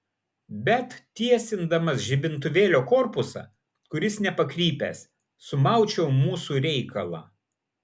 bet tiesindamas žibintuvėlio korpusą kuris nepakrypęs sumaučiau mūsų reikalą